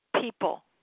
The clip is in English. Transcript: People